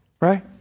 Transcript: right